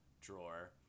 drawer